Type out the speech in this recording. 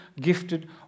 gifted